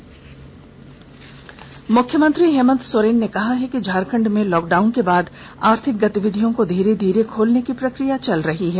मुख्यमंत्री मुख्यमंत्री हेमन्त सोरेन ने कहा है कि झारखंड में लॉकडाउन के बाद आर्थिक गतिविधियों को धीरे धीरे खोलने की प्रक्रिया चल रही है